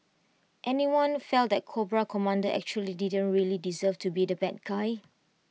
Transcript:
anyone felt that Cobra Commander actually didn't really deserve to be the bad guy